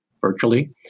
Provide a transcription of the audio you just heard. virtually